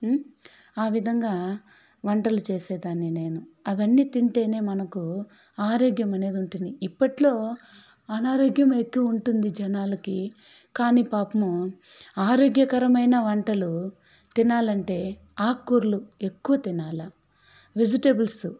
ఆవిధంగా వంటలు చేసేదాన్ని నేను అవన్ని తింటేనే మనకు ఆరోగ్యమనేది ఉంటుంది ఇప్పట్లో అనారోగ్యం అయితే ఉంటుంది జనాలకి కాని పాపము ఆరోగ్యకరమైన వంటలు తినాలంటే ఆకుకూరలు ఎక్కువ తినాల వెజిటేబుల్స్